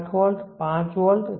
8 volt 5 volt